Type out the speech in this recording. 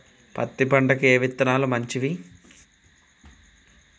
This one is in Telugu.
పత్తి పంటకి ఏ విత్తనాలు మంచివి?